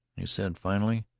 he said finally,